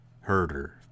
herder